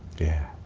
yeah,